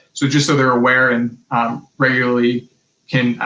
so just so they're aware and regularly can,